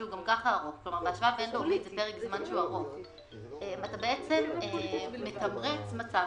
שהוא גם ככה ארוך בהשוואה בין --- זה פרק זמן ארוך אתה מתמרץ מצב,